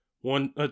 one